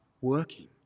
working